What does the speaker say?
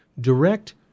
Direct